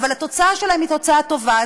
אבל התוצאה שלהם היא תוצאה טובה.